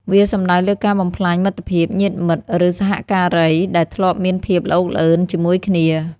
វាសំដៅលើការបំផ្លាញមិត្តភាព ញាតិមិត្ត ឬសហការី ដែលធ្លាប់មានភាពល្អូកល្អឺនជាមួយគ្នា។